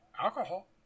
alcohol